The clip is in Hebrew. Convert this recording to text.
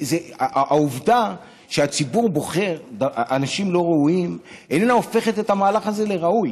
העובדה שהציבור בוחר אנשים לא ראויים איננה הופכת את המהלך הזה לראוי.